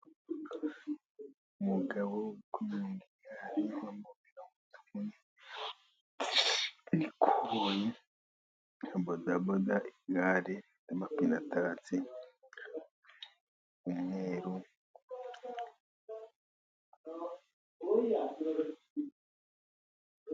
Umugabo uri kunyonga igare, wambaye agapira, n'ikoboyi, na bodaboda. Igare ry'amapine atatse umweru.